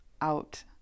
out